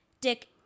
Dick